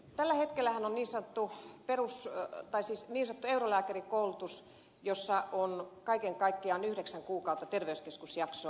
tällä hetkellähän on niin sanottu perusura tai siis viisi euroa eli eurolääkärikoulutus jossa on kaiken kaikkiaan yhdeksän kuukautta terveyskeskusjaksoa